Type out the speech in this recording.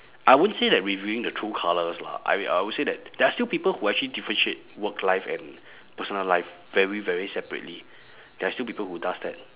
I won't say that revealing the true colours lah I I will say that there are still people who actually differentiate work life and personal life very very separately there are still people who does that